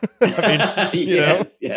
Yes